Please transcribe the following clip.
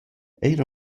eir